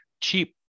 cheap